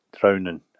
drowning